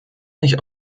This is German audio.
nicht